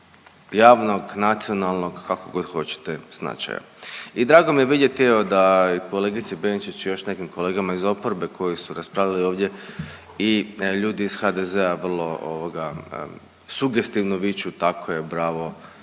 javnog, nacionalnog, kako god hoćete, značaja i drago mi je vidjeti evo da i kolegici Benčić i još nekim kolegama iz oporbe koji su raspravljali ovdje i ljudi iz HDZ-a vrlo ovoga sugestivno viču tako je, bravo,